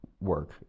work